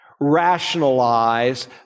rationalize